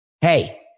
hey